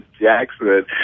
Jackson